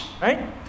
right